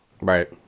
Right